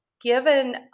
given